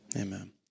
Amen